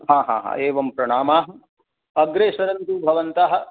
हा हा हा एवं प्रणामाः अग्रे सरन्तु भवन्तः